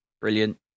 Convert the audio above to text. brilliant